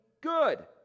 good